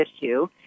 issue